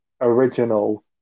original